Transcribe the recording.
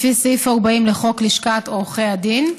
לפי סעיף 40 לחוק לשכת עורכי הדין.